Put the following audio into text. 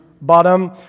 bottom